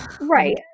Right